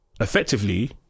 effectively